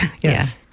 Yes